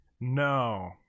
No